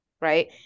right